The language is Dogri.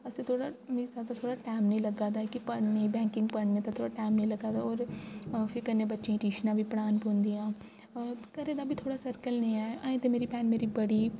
असें थोह्ड़ा मी थोह्ड़ा टैम निं लग्गा दा ऐ की पढ़ने बैंकिंग पढ़ने दा थोह्ड़ा टैम निं लग्गा दा ऐ होर फ्ही कन्नै बच्चे दी ट्यूशनां बी पढ़ान पौंदियां न घरै दा बी थोह्ड़ा सर्कल निं ऐ अजें ते भैन मेरी बड़ी